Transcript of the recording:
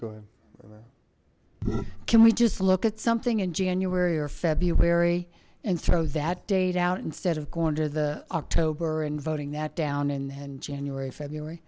go ahead can we just look at something in january or february and throw that date out instead of going to the october and voting that down and then january february